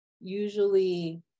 Usually